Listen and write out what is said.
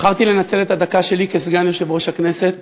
בחרתי לנצל את הדקה שלי כסגן יושב-ראש הכנסת